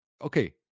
okay